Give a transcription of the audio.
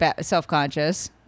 self-conscious